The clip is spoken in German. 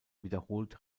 wiederholt